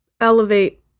Elevate